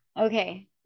okay